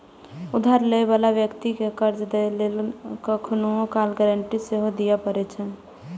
उधार लै बला व्यक्ति कें कर्ज दै लेल कखनहुं काल गारंटी सेहो दियै पड़ै छै